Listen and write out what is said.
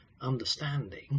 understanding